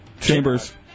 Chambers